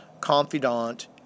confidant